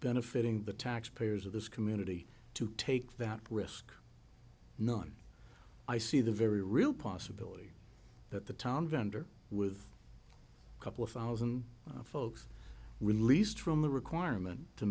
benefiting the taxpayers of this community to take that risk known i see the very real possibility that the town dunder with a couple of thousand folks released from the requirement to